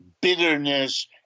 bitterness